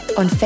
on